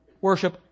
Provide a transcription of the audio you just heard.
Worship